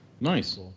Nice